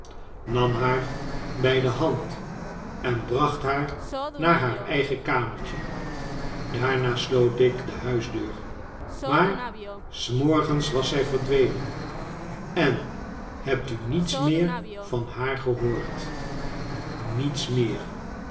nam haar bij de hand en bracht haar naar haar eigen kaniertje daarna sloot ik de huisdeur maar s morgens was zij verdwenen en hebt u niets meer van haar gerhrd niets meer